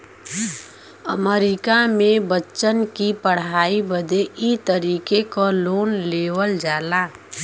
अमरीका मे बच्चन की पढ़ाई बदे ई तरीके क लोन देवल जाला